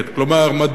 מדוע,